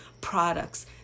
products